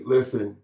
Listen